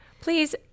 Please